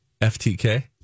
FTK